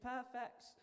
Perfect